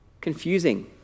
confusing